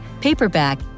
paperback